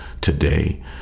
today